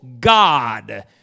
God